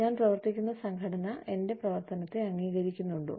ഞാൻ പ്രവർത്തിക്കുന്ന സംഘടന എന്റെ പ്രവർത്തനത്തെ അംഗീകരിക്കുന്നുണ്ടോ